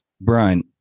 brian